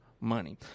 money